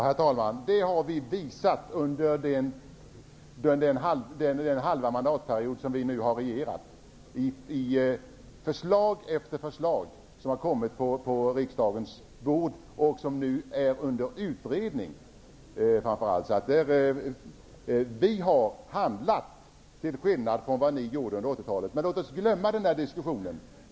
Herr talman! Det har vi visat under den halva mandatperiod som vi har regerat i de förslag som har kommit på riksdagens bord och som nu är under utredning. Vi har handlat till skillnad från vad ni gjorde under 80-talet, men låt oss glömma den diskussionen.